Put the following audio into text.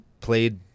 played